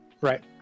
right